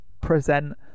present